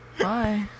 Bye